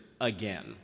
again